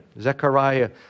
Zechariah